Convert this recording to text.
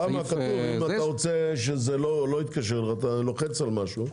כתוב שאם אתה לא רוצה שיתקשרו אלייך אתה לוחץ על משהו בטלפון.